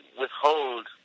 withhold